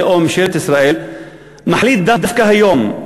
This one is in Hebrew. או ממשלת ישראל מחליט דווקא היום,